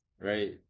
right